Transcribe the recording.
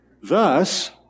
Thus